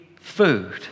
food